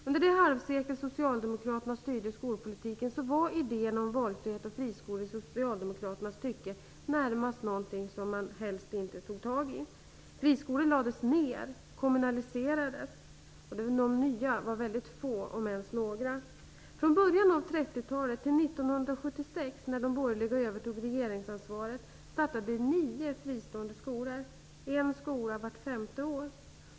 Under det halvsekel då socialdemokraterna styrde skolpolitiken var idéerna om valfrihet och friskolor något som man helst inte tog tag i. Friskolor lades ned och kommunaliserades. De nya friskolorna var ytterst få om ens några. Från början av 1930-talet och fram till år 1976 när de borgerliga partierna övertog regeringsansvaret startade nio fristående skolor -- en skola vart femte år.